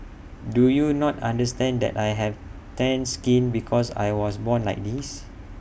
do you not understand that I have tanned skin because I was born like this